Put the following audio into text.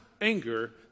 anger